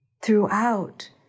Throughout